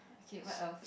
okay what else